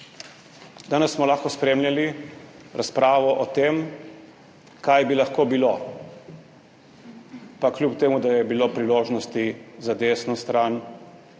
Danes smo lahko spremljali razpravo o tem, kaj bi lahko bilo, pa kljub temu da je bilo priložnosti za desno stran